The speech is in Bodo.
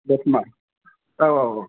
दतमा औ औ औ